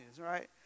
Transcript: right